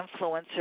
influencers